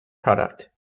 product